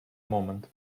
moment